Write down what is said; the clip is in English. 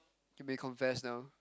you may confess now